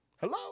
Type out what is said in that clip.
hello